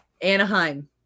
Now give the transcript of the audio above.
anaheim